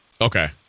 Okay